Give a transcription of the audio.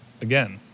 again